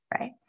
right